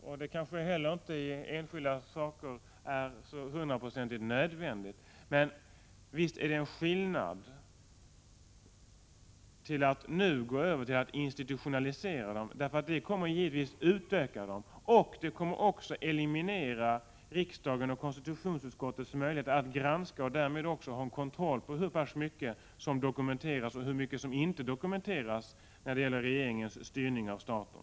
Det är kanske inte heller i enskilda frågor hundraprocentigt nödvändigt, men visst är det en skillnad att nu gå över till att institutionalisera dem. Det gör att dessa kontakter givetvis kommer att öka. Det kommer också att eliminera riksdagens och konstitutionsutskottets möjligheter att granska och därmed också ha en kontroll på hur mycket som dokumenteras och hur mycket som inte dokumenteras när det gäller regeringens styrning av staten.